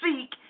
seek